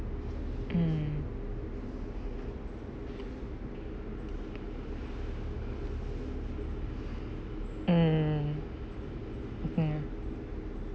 mm mm mm